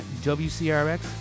WCRX